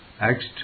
Acts